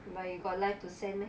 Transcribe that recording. but you got life to send meh